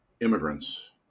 immigrants